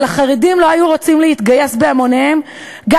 אבל החרדים לא היו רצים להתגייס בהמוניהם גם